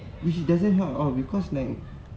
which doesn't help at all because like